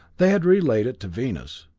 they had relayed it to venus,